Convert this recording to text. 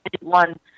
one